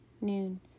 noon